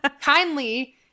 kindly